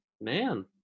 man